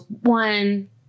one